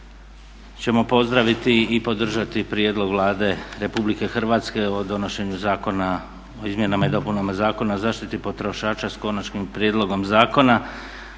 ćemo pozdraviti i podržati prijedlog Vlade RH o donošenju zakona o izmjenama i dopunama Zakona o zaštiti potrošača s konačnim prijedlogom zakona,